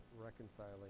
reconciling